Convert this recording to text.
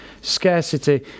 Scarcity